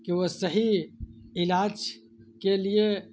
کہ وہ صحیح علاج کے لیے